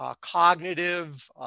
cognitive